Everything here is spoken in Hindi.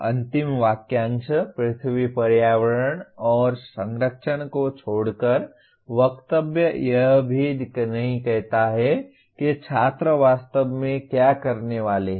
अंतिम वाक्यांश पृथ्वी पर्यावरण और संरक्षण को छोड़कर वक्तव्य यह भी नहीं कहता है कि छात्र वास्तव में क्या करने वाला है